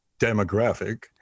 demographic